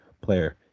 player